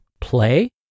play